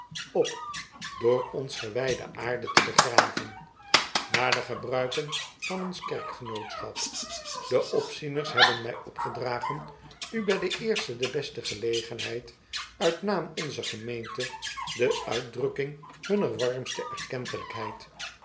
op door ons gewijde aarde te begraven naar de gebruiken van ons kerkgenootschap de opzieners hebben mij opgedragen u bij de eerste de beste gelegenheid uit naam onzer gemeente de uitdrukking hunner warmste